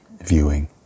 viewing